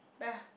bre